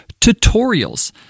tutorials